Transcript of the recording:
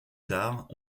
tard